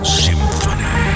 symphony